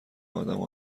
ادم